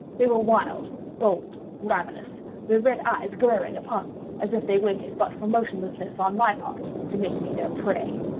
they were wild, bold, ravenous their red eyes glaring upon me as if they waited but for motionlessness on my part to make me their prey.